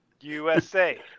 USA